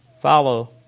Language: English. follow